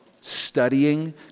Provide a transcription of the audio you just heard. studying